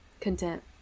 content